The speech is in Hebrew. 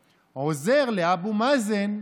לחטט בפחי אשפה.